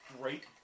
great